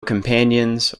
companions